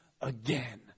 again